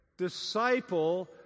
disciple